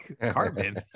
Carbon